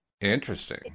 Interesting